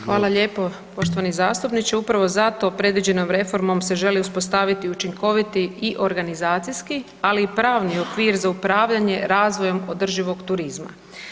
Hvala lijepo poštovani zastupniče, upravo zato predviđenom reformom se želi uspostaviti učinkoviti i organizacijski ali i pravni okvir za upravljanje razvojem održivog turizma.